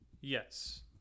yes